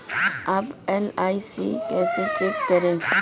अपना एल.आई.सी कैसे चेक करें?